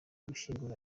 gushyingura